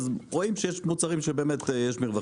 אז רואים שיש מוצרים שבהם באמת יש יותר מרווחים.